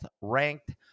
ranked